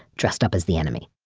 dressed up as the enemy,